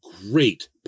great